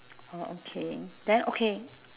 oh okay then okay